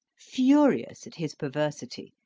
furious at his perversity,